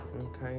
Okay